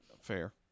Fair